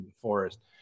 forest